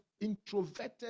introverted